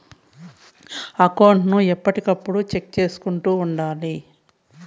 account ను ఎప్పటికప్పుడు check చేసుకుంటూ ఉండాలి